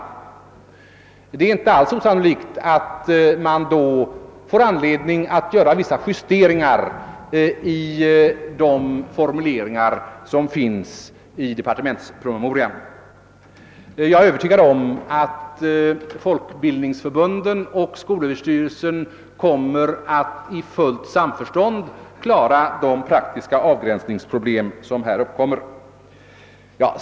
Det är inte alls osannolikt att man då får anledning att göra vissa justeringar i de formuleringar som finns i departementspromemorian. Jag är Övertygad om att folkbildningsförbunden och skolöverstyrelsen kommer att i fullt samförstånd klara de praktiska avgränsningsproblem som här uppkommer.